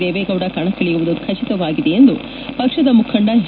ದೇವೇಗೌಡ ಕಣಕ್ಕಿಳಿಯುವುದು ಖಚಿತವಾಗಿದೆ ಎಂದು ಪಕ್ಷದ ಮುಖಂಡ ಎಚ್